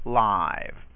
live